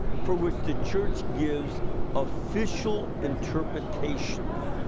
for which the church gives official interpretations.